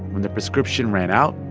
when the prescription ran out,